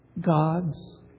God's